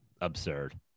absurd